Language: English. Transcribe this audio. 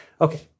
Okay